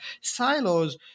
silos